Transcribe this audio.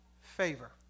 favor